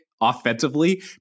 offensively